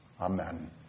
Amen